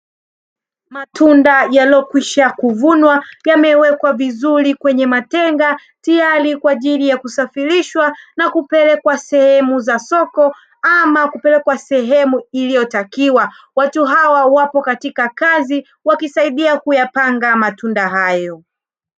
Matunda yaliyokwisha kuvunwa yamewekwa vizuri kwenye matenga, tayari kwa ajili ya kusafirishwa na kupelekwa sehemu za soko ama sehemu iliyotakiwa. Watu hawa wapo katika kazi wakisaidia kuyapanga matunda hayo.